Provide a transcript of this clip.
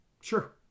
Sure